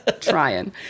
Trying